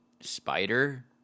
Spider